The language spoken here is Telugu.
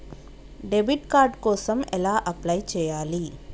డెబిట్ కార్డు కోసం ఎలా అప్లై చేయాలి?